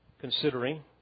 considering